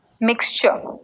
mixture